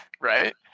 Right